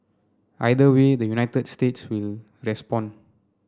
either way the United States will respond